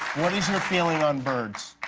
what is your feeling on birds?